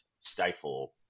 stifle